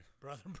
Brother